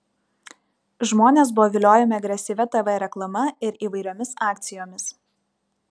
žmonės buvo viliojami agresyvia tv reklama ir įvairiomis akcijomis